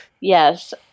Yes